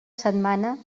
setmana